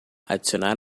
adicionar